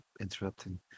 interrupting